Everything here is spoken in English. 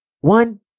one